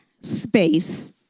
space